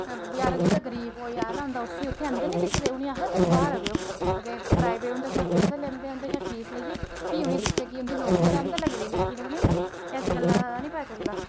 बेचारा जेह्ड़ा गरीब उत्थै आए दा होंदा उसी आखदे तुस बाह्र आओ ते प्राईवेट उंदे कशा फीस ' लेइयै पैसे लेइयै भी उनेंगी दिखदे उंदी नौकरी ते अंदर लग्गी दी पर इस गल्ला दा निं पता चलदा